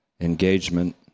engagement